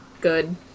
good